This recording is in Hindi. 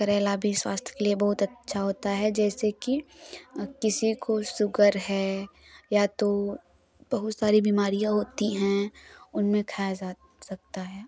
करेला भी स्वास्थ्य के लिए बहुत अच्छा होता है जैसे कि किसी को सुगर है या तो बहुत सारी बीमारियाँ होती हैं उनमें खाया जा सकता है